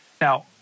Now